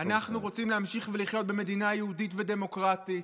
רוצים להמשיך ולחיות במדינה יהודית ודמוקרטית,